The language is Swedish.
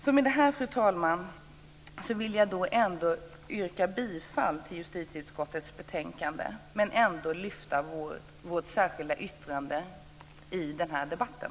Med det här, fru talman, vill jag yrka bifall till förslaget i justitieutskottets betänkande men ändå lyfta fram vårt särskilda yttrande i den här debatten.